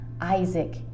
Isaac